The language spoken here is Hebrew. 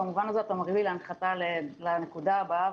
במובן הזה אתה מביא להנחתה לנקודה הבאה